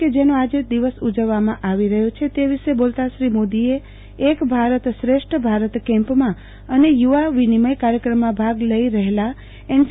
કે જેનો આજે દિવસ ઉજવવામાં આવી રહ્યો છે તે વિશે બોલતા શ્રી મોદીએ એક ભારત શ્રેષ્ઠ ભારત કેમ્પમાં અને યુવા વિનિમય કાર્યક્રમમાં ભાગ લઈ રહેલા એનસી